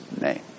name